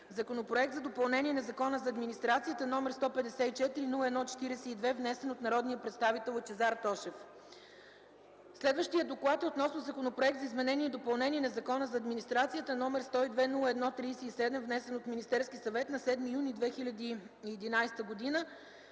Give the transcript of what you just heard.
Законопроекта за допълнение на Закона за администрацията, № 154 01-42, внесен от Лъчезар Тошев.” Следващият доклад е относно Законопроект за изменение и допълнение на Закона за администрацията, № 102-01-37, внесен от Министерския съвет на 7 юни 2011 г.,